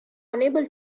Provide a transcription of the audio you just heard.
unable